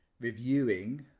reviewing